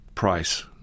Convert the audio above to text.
price